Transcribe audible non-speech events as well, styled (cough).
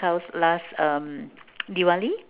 house last uh (noise) Diwali